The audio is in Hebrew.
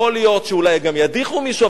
יכול להיות שאולי ידיחו מישהו,